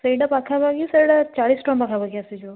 ସେଇଟା ପାଖାପାଖି ସେଇଟା ଚାଳିଶ୍ ଟଙ୍କା ପାଖାପାଖି ଆସିଯିବ